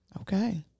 Okay